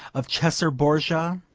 of caesar borgia,